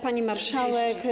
Pani Marszałek!